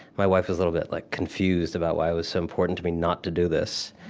my wife was a little bit like confused about why it was so important to me not to do this.